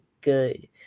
good